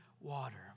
water